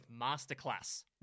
Masterclass